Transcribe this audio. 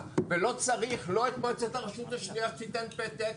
ולא צריך לא את מועצת הרשות השנייה שתיתן פתק,